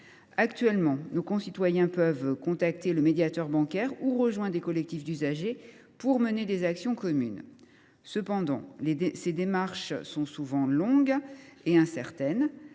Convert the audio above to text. Actuellement, nos concitoyens peuvent contacter le médiateur bancaire ou rejoindre des collectifs d’usagers pour mener des actions communes. Cependant, ces démarches sont souvent longues et incertaines.